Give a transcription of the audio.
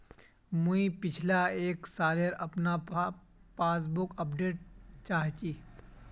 मुई पिछला एक सालेर अपना पासबुक अपडेट चाहची?